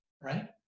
right